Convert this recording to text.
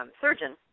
surgeon